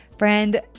Friend